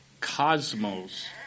cosmos